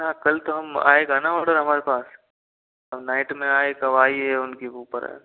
ना कल तो हम आएगा ना ऑर्डर हमारे पास अब नाइट में आए कब आए ये उनके ऊपर है